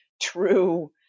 true